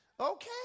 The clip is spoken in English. Okay